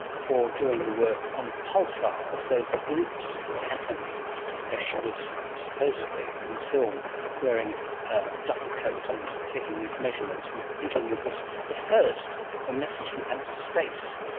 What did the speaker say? for doing the work on pulsars, those blips that happened as she was supposedly in the film wearing a duffel coat and taking these measurements and thinking it was at first a message from outer space.